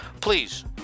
please